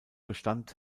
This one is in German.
bestand